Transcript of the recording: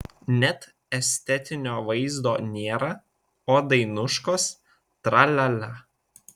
net estetinio vaizdo nėra o dainuškos tra lia lia